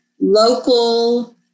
local